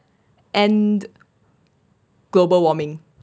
end global warming